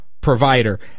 provider